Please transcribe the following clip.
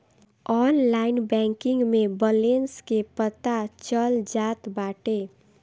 online banking में balance के पता चल जात बाटे